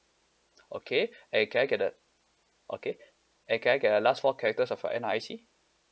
okay and can I get the okay and can I get a last four characters of your N_R_I_C